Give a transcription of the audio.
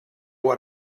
what